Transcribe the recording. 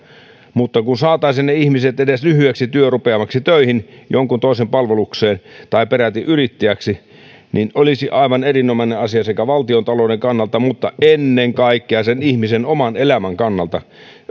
mutta kun saisimme ne ihmiset edes lyhyeksi työrupeamaksi töihin jonkun toisen palvelukseen tai peräti yrittäjäksi niin se olisi aivan erinomainen asia sekä valtiontalouden kannalta että ennen kaikkea ihmisen oman elämän kannalta